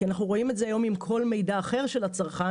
כי אנחנו רואים את זה היום עם כל מידע אחר של הצרכן